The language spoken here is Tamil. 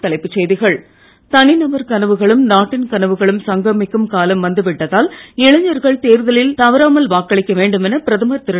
மீண்டும் தலைப்புச் செய்திகள் தனிநபர் கனவுகளும் நாட்டின் கனவுகளும் சங்கமிக்கும் காலம் வந்து விட்டதால் இளைஞர்கள் தேர்தலில் தவறாமல் வாக்களிக்க வேண்டுமென பிரதமர் திரு